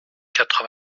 quatre